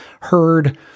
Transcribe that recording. heard